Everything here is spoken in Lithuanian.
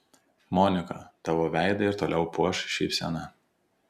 monika tavo veidą ir toliau puoš šypsena